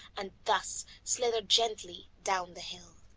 and thus slither gently down the hill.